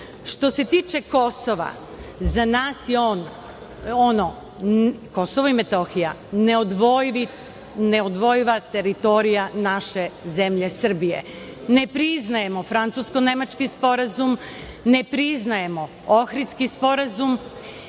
se tiče Kosova, za nas je Kosovo i Metohija neodvojiva teritorija naše zemlje Srbije. Ne priznajemo francusko-nemački sporazum, ne priznajemo Ohridski sporazum